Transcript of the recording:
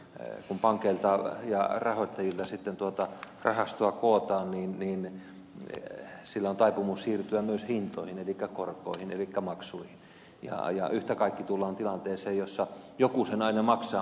kun pankeilta ja rahoittajilta sitten rahastoa kootaan niin sillä on taipumus siirtyä myös hintoihin elikkä korkoihin elikkä maksuihin ja yhtä kaikki tullaan tilanteeseen jossa joku sen aina maksaa